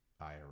ira